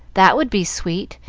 that would be sweet,